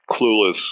clueless